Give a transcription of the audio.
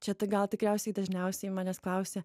čia tai gal tikriausiai dažniausiai manęs klausia